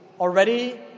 Already